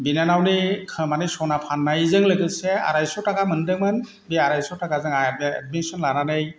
बिनानावनि खोमानि सना फाननायजों लोगोसे आरायस' थाखा मोनदोंमोन बे आरायस' थाखाजों एडमिसन लानानै